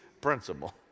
principle